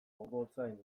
gotzain